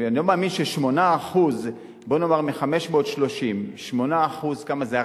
אני לא מאמין ש-8% בואי נאמר, מ-530, 8% כמה זה?